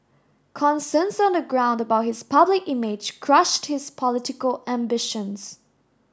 concerns on the ground about his public image crushed his political ambitions